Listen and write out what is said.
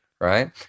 right